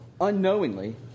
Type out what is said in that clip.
unknowingly